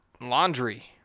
Laundry